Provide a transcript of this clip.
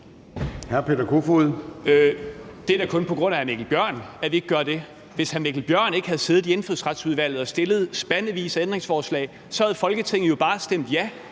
Det er da kun på grund af hr. Mikkel Bjørn, at vi ikke gør det. Hvis hr. Mikkel Bjørn ikke havde siddet i Indfødsretsudvalget og stillet spandevis af ændringsforslag, havde Folketinget jo bare stemt ja